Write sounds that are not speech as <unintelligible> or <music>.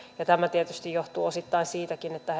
tämä tietysti johtuu osittain siitäkin että <unintelligible>